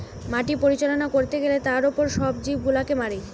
মাটি পরিচালনা করতে গ্যালে তার উপর সব জীব গুলাকে মারে